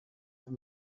dorf